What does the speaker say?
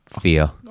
fear